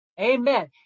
Amen